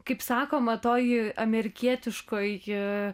kaip sakoma toj amerikietiškoj